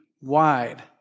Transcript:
wide